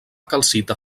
calcita